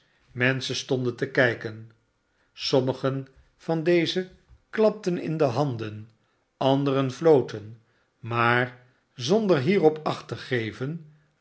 menschen stonden te kijken sommigen van deze hapten in de handen r anderen flotenj maar zonder hierop acht te geven